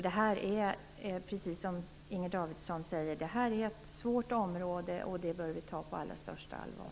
Det här är nämligen, precis som Inger Davidson säger, en svår fråga, och den bör vi ta på allra största allvar.